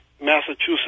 Massachusetts